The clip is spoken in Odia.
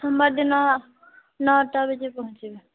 ସୋମବାର ଦିନ ନଅଟା ବଜେ ପହଞ୍ଚିବି